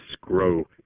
grow